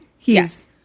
Yes